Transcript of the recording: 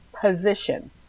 position